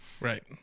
right